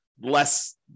less